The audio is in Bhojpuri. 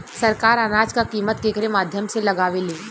सरकार अनाज क कीमत केकरे माध्यम से लगावे ले?